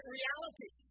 reality